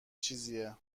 چیزیه